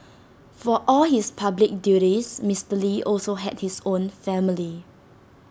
for all his public duties Mister lee also had his own family